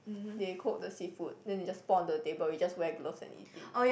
they cook the seafood then they just pour on the table we just wear gloves and eat it